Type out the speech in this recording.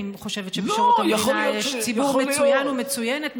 אני חושבת שבשירות המדינה יש ציבור מצוין ומצוינת,